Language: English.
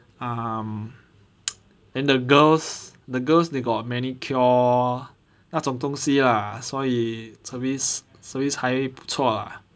um and the girls the girls they got manicure 那种东西 lah 所以 service service 还不错 lah